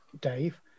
Dave